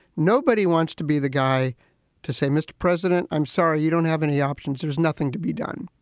nobody wants to be the guy to say, mr. president, i'm sorry. you don't have any options. there's nothing to be done.